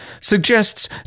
suggests